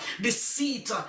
deceit